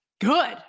good